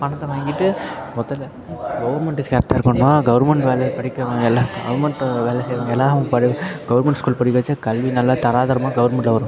பணத்தை வாங்கிட்டு முதல்ல கவர்மெண்டு ஸ்டாஃபாக இருக்கணும்னால் கவர்மெண்ட் வேலை படிக்கிறவங்க எல்லாம் கவர்மெண்ட்டு வேலை செய்கிறவங்க எல்லாம் அவங்க படி கவர்மெண்ட் ஸ்கூல் படிக்க வைச்சா கல்வி நல்லா தராதரமாக கவர்மெண்ட்டில் வரும்